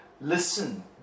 listen